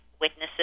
witnesses